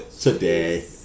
today